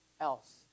Else